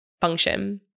function